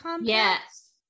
Yes